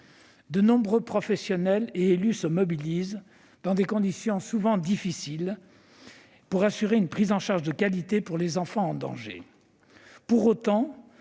De nombreux professionnels et élus se mobilisent, dans des conditions souvent difficiles, pour assurer une prise en charge de qualité des enfants en danger. Pour autant,